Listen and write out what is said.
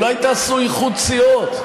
אולי תעשו איחוד סיעות?